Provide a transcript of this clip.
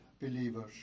believers